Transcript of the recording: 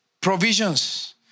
provisions